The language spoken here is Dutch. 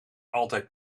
altijd